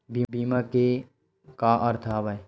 बीमा के का अर्थ हवय?